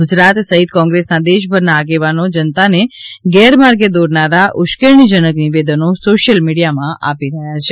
ગુજરાત સહિત કોંગ્રેસના દેશભરના આગેવાનો જનતાને ગેરમાર્ગે દોરનારા ઉશ્કેરણીજનક નિવેદનો સોશિયલ મીડિયામાં આપી રહ્યા છે